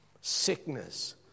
Sickness